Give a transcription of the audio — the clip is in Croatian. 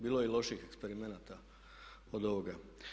Bilo je i lošijih eksperimenata od ovoga.